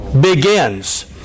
begins